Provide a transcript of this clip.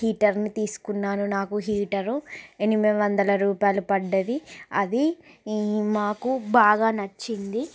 హీటర్ని తీసుకున్నాను నాకు హీటరు ఎనిమిది వందల రూపాయలు పడ్డది అది ఈ మాకు బాగా నచ్చింది